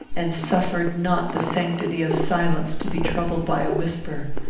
and suffered not the sanctity of silence to be troubled by a whisper.